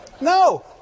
No